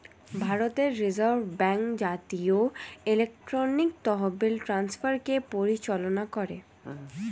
ভারতের reserve bank জাতীয় electronic তহবিল ট্রান্সফারকে পরিচালনা করে